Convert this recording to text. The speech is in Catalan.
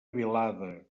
vilada